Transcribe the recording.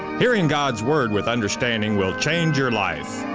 hearing god's word with understanding will change your life.